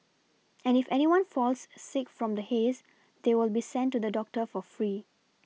and if anyone falls sick from the haze they will be sent to the doctor for free